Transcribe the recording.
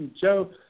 Joe